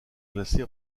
classés